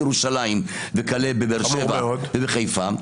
מירושלים וכלה בבאר שבע ובחיפה.